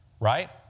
Right